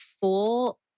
full